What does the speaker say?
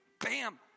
bam